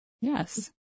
yes